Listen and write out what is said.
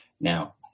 Now